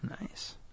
Nice